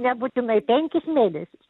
nebūtinai penkis mėnesius